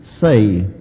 say